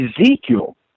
Ezekiel